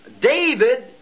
David